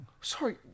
Sorry